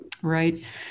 Right